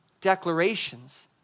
declarations